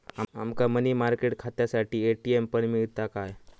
आमका money market खात्यासाठी ATM पण मिळता काय?